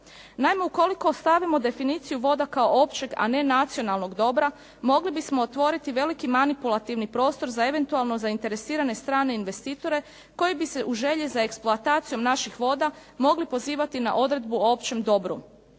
Naime, ukoliko ostavimo definiciju voda kao općeg, a ne nacionalnog dobra mogli bismo otvoriti veliki manipulativni prostor za eventualno zainteresirane strane investitore koji bi se u želji za eksploatacijom naših voda mogli pozivati na odredbu o općem dobru.